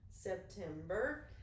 september